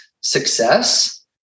success